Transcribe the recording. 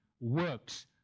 works